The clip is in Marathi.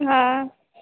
हां